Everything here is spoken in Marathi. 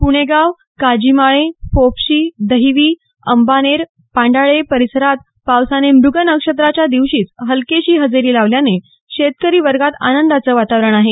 पुणेगाव काजीमाळे फोफशी दहीवी अंबानेर पांडाणे परिसरात पावसाने मृग नक्षत्राच्या दिवशीच हलकेशी हजेरी लावल्याने शेतकरी वर्गात आनंदाचे वातावरण आहे